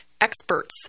experts